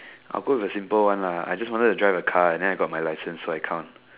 I will go with a simple one lah I just wanted to drive a car and then I got my licence so I count